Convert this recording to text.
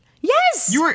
Yes